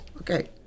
Okay